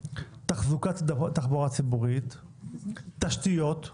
תחזוקת תחבורה ציבורית, תשתיות,